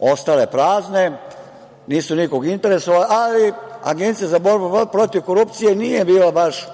ostale prazne, nisu nikog interesovale. Ali, Agencija za borbu protiv korupcije nije bila baš